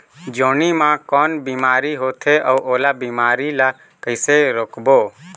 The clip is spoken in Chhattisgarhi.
जोणी मा कौन बीमारी होथे अउ ओला बीमारी ला कइसे रोकबो?